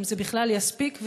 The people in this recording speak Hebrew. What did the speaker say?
אם זה בכלל יספיק.